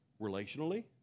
relationally